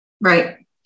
Right